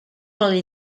pel